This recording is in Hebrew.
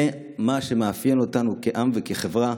זה מה שמאפיין אותנו כעם וכחברה.